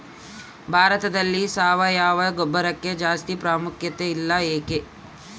ಭಾರತದಲ್ಲಿ ಸಾವಯವ ಗೊಬ್ಬರಕ್ಕೆ ಜಾಸ್ತಿ ಪ್ರಾಮುಖ್ಯತೆ ಇಲ್ಲ ಯಾಕೆ?